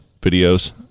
videos